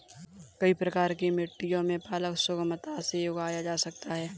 कई प्रकार की मिट्टियों में पालक सुगमता से उगाया जा सकता है